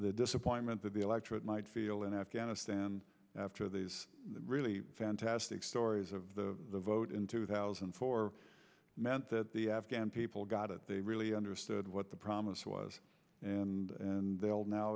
the disappointment that the electorate might feel in afghanistan after these really fantastic stories of the vote in two thousand and four meant that the afghan people got it they really understood what the promise was and and they will now